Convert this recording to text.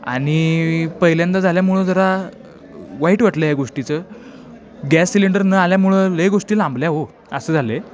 आणि पहिल्यांदा झाल्यामुळं जरा वाईट वाटलं या गोष्टीचं गॅस सिलेंडर न आल्यामुळं लय गोष्टी लांबल्या हो असं झालं आहे